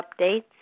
updates